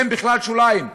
אין בכלל שוליים.